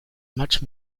much